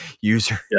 user